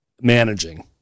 managing